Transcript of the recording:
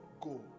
go